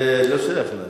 זה לא שייך אליו.